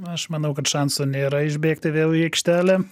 na aš manau kad šansų nėra išbėgti vėl į aikštelę